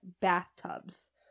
bathtubs